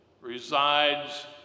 resides